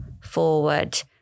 forward